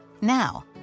Now